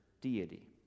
deity